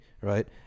right